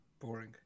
boring